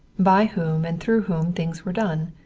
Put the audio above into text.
by whom and through whom things were done.